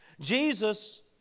Jesus